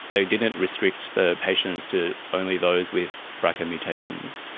they didn't restrict the patients to only those with brca mutations.